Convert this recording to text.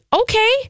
okay